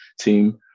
team